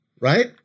right